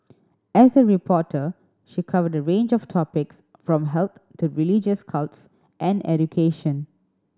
as a reporter she covered a range of topics from health to religious cults and education